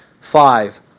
Five